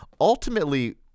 ultimately